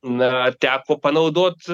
na teko panaudot